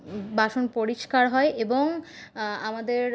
বাসন পরিষ্কার হয় এবং আমাদের